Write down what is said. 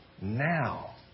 now